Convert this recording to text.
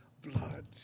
blood